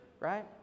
right